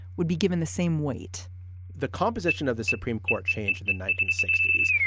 would be given the same weight the composition of the supreme court changed in the nineteen sixty s.